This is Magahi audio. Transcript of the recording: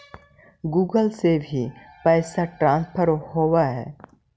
गुगल से भी पैसा ट्रांसफर होवहै?